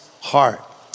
Heart